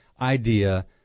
idea